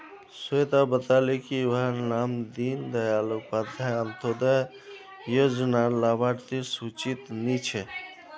स्वेता बताले की वहार नाम दीं दयाल उपाध्याय अन्तोदय योज्नार लाभार्तिर सूचित नी छे